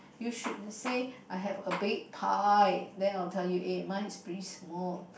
you should say I have a big pie then I will tell you eh mine is pretty small